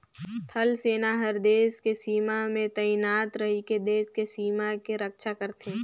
थल सेना हर देस के सीमा में तइनात रहिके देस के सीमा के रक्छा करथे